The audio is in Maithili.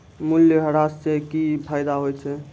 मूल्यह्रास से कि फायदा होय छै?